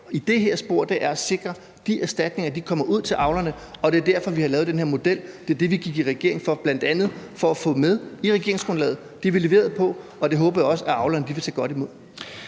i det her spor er at sikre, at de erstatninger kommer ud til avlerne, og det er derfor, vi har lavet den her model. Det er det, vi gik i regering for bl.a. at få med i regeringsgrundlaget. Det har vi leveret på, og det håber jeg også at avlerne vil tage godt imod.